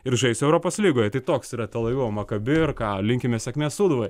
ir žais europos lygoje tai toks yra tel avivo maccabi ir ką linkime sėkmės sūduvai